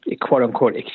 quote-unquote